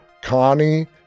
Connie